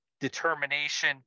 determination